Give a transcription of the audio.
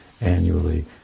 annually